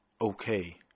okay